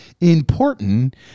important